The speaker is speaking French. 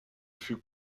fut